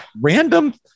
random